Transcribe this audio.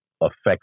affects